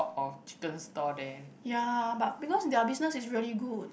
ya but because their business is really good